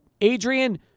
Adrian